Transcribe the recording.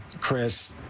Chris